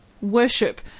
Worship